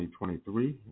2023